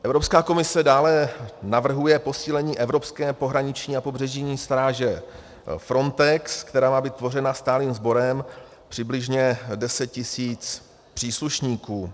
Evropská komise dále navrhuje posílení evropské pohraniční a pobřežní stráže Frontex, která má být tvořena stálým sborem přibližně 10 tisíc příslušníků.